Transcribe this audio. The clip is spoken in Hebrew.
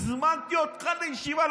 הזמנתי אותך לישיבה.